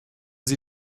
sie